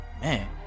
man